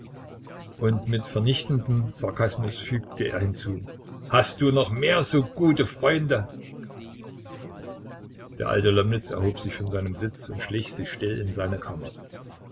und mit vernichtendem sarkasmus fügte er hinzu hast du noch mehr so gute freunde der alte lomnitz erhob sich von seinem sitz und schlich sich still in seine kammer